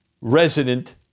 resident